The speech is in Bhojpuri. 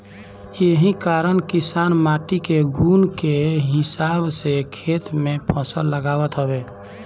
एही कारण किसान माटी के गुण के हिसाब से खेत में फसल लगावत हवे